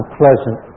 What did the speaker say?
pleasant